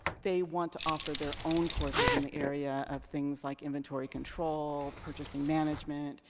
they want to offer their own courses in the area of things like inventory control, purchase, and management.